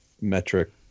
metric